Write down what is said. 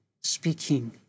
speaking